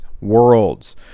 worlds